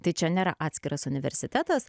tai čia nėra atskiras universitetas